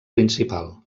principal